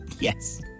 Yes